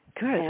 Good